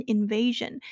Invasion